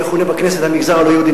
המכונה בכנסת "המגזר הלא-יהודי",